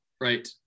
Right